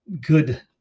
good